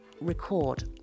record